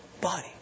body